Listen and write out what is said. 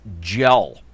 gel